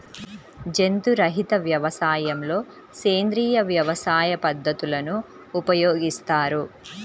జంతు రహిత వ్యవసాయంలో సేంద్రీయ వ్యవసాయ పద్ధతులను ఉపయోగిస్తారు